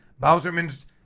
Bowserman's